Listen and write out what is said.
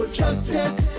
justice